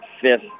fifth